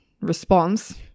response